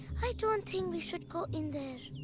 i don't think we should go in there.